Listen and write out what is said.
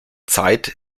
zeit